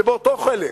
זה באותו חלק.